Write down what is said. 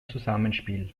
zusammenspiel